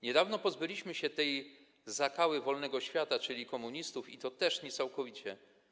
Niedawno pozbyliśmy się tej zakały wolnego świata, czyli komunistów, i to też niecałkowicie.